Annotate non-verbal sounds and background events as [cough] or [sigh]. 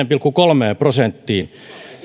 [unintelligible] pilkku kolmeen prosenttiin